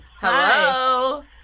Hello